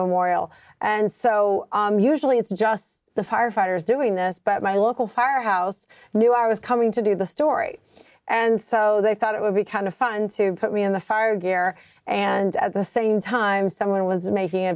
memorial and so usually it's just the firefighters doing this but my local firehouse knew i was coming to do the story and so they thought it would be kind of fun to put me in the fire gear and at the same time someone was making a